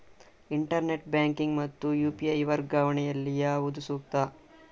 Internet banking ಮತ್ತು UPI ವರ್ಗಾವಣೆ ಯಲ್ಲಿ ಯಾವುದು ಸೂಕ್ತ?